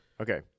Okay